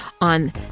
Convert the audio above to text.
on